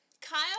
Kyle